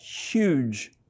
huge